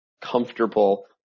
comfortable